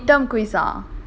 this your middle term quiz ah